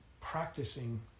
practicing